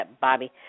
Bobby